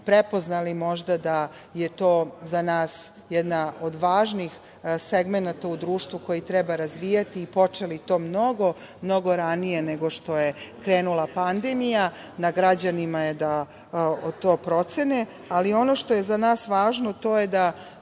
prepoznali možda da je to za nas jedan od važnih segmenata u društvu koji treba razvijati, počeli to mnogo ranije nego što je krenula pandemija. Na građanima je da to procene.Za nas je važno da